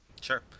Sure